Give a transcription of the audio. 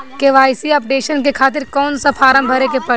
KYC updation के खातिर कौन सा फारम भरे के पड़ी?